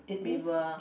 we will